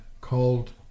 called